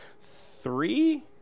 three